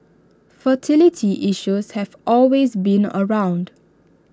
fertility issues have always been around